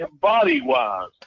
body-wise